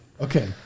Okay